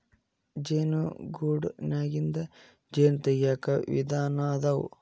ಜೇನು ಗೂಡನ್ಯಾಗಿಂದ ಜೇನ ತಗಿಯಾಕ ವಿಧಾನಾ ಅದಾವ